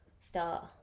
start